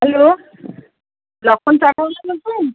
hello Lakshman চাটওয়ালা বলছেন